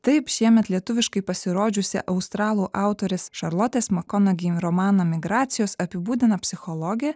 taip šiemet lietuviškai pasirodžiusį australų autorės šarlotės makonagi romaną migracijos apibūdina psichologė